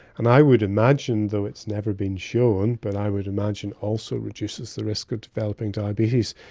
and i would imagine, though it's never been shown, but i would imagine also reduces the risk of developing diabetes.